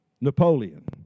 Napoleon